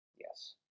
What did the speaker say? Yes